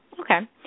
Okay